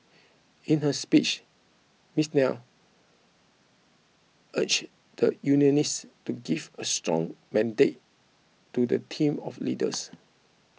in her speech Miss Nair urged the unionists to give a strong mandate to the team of leaders